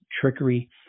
trickery